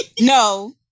No